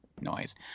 noise